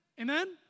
Amen